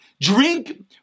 drink